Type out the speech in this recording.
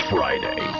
Friday